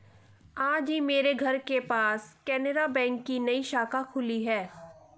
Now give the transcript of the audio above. आज ही मेरे घर के पास केनरा बैंक की नई शाखा खुली है